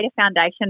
foundation